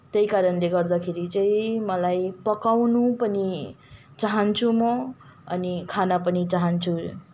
त्यही कारणले गर्दा चाहिँ मलाई पकाउनु पनि चाहन्छु म अनि खान पनि चाहन्छु